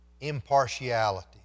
impartiality